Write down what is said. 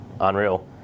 unreal